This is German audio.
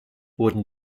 wurden